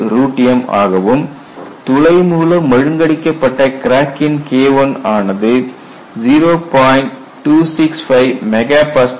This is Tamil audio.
330 MPa m ஆகவும் துளை மூலம் மழுங்கடிக்கப் பட்ட கிராக்கின் KI ஆனது 0